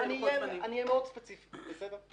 אהיה ספציפי מאוד.